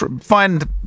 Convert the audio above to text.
find